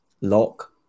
lock